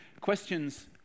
Questions